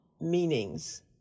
meanings